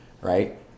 right